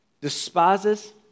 despises